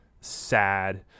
sad